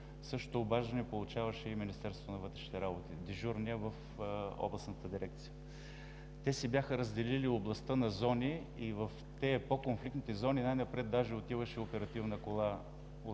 вътрешните работи, дежурният в областната дирекция. Те си бяха разделили областта на зони и в тези – по-конфликтните зони, най-напред даже отиваше оперативна кола